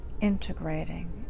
integrating